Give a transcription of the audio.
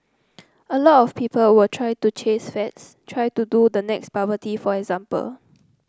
a lot of people try to chase fads try to do the next bubble tea for example